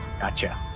Gotcha